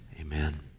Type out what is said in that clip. amen